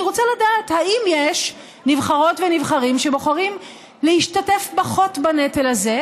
אני רוצה לדעת אם יש נבחרות ונבחרים שבוחרים להשתתף פחות בנטל הזה,